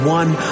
one